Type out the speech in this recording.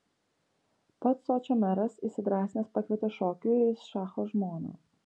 pats sočio meras įsidrąsinęs pakvietė šokiui šacho žmoną